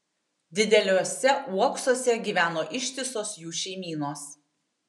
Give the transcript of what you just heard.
dideliuose uoksuose gyveno ištisos jų šeimynos